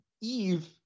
Eve